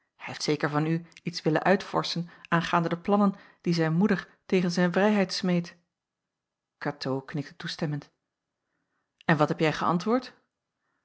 hij heeft zeker van u iets willen uitvorschen aangaande de plannen die zijn moeder tegen zijn vrijheid smeedt katoo knikte toestemmend en wat hebje geäntwoord